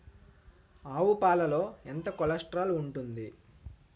ఆవు పాలలో ఎంత కొలెస్ట్రాల్ ఉంటుంది?